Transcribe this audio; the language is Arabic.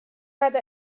بعد